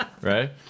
right